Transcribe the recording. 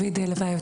ברוך ליוייב,